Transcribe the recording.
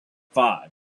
five